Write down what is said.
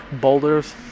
boulders